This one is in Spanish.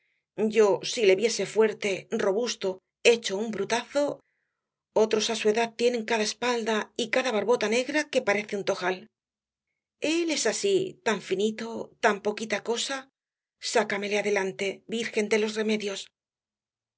yo si le viese fuerte robusto hecho un brutazo otros á su edad tienen cada espalda y cada barbota negra que parece un tojal el es así tan finito tan poquita cosa sácamele adelante virgen de los remedios